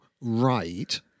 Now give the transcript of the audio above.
right